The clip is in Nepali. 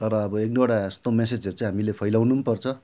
तर अब एकदुइवटा यस्तो मेसेजहरू चाहिँ हामीले फैलाउनु पर्छ